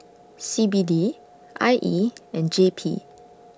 C B D I E and J P